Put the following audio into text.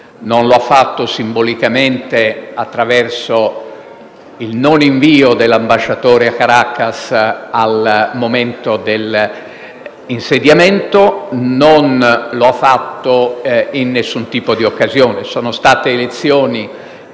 Non lo ha fatto simbolicamente, attraverso il non invio dell'ambasciatore a Caracas al momento dell'insediamento, e non lo ha fatto in alcun tipo di occasione. Sono state elezioni